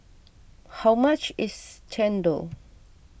how much is Chendol